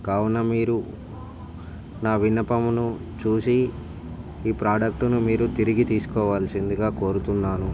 కావున మీరు నా విన్నపమును చూసి ఈ ప్రాడక్ట్ను మీరు తిరిగి తీసుకోవాల్సిందిగా కోరుతున్నాను